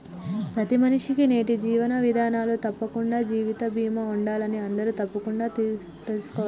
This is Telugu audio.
ప్రతి మనిషికీ నేటి జీవన విధానంలో తప్పకుండా జీవిత బీమా ఉండాలని అందరూ తప్పకుండా తెల్సుకోవాలే